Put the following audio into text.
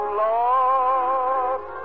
love